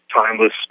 timeless